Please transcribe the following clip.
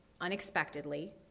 unexpectedly